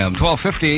1250